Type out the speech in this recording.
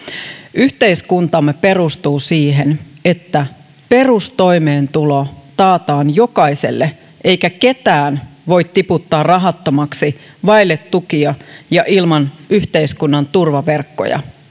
yhteiskuntamme perustuu siihen että perustoimeentulo taataan jokaiselle eikä ketään voi tiputtaa rahattomaksi vaille tukia ja ilman yhteiskunnan turvaverkkoja